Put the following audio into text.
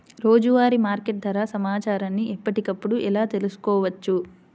రోజువారీ మార్కెట్ ధర సమాచారాన్ని ఎప్పటికప్పుడు ఎలా తెలుసుకోవచ్చు?